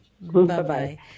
Bye-bye